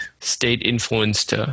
state-influenced